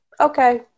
Okay